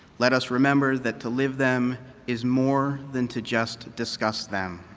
let us remember that to live them is more than to just discuss them.